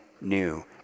new